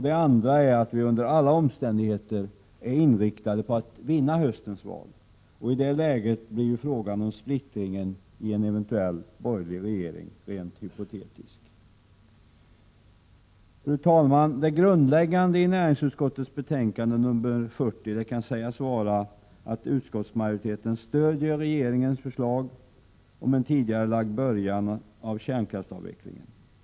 Det andra skälet är att vi under alla omständigheter är inriktade på att vinna höstens val, och i det läget blir frågan om splittringen i en eventuell borgerlig regering rent hypotetisk. Fru talman! Det grundläggande i näringsutskottets betänkande nr 40 kan sägas vara att utskottsmajoriteten stödjer regeringens förslag om en tidigarelagd början av kärnkraftsavvecklingen.